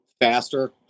faster